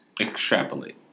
Extrapolate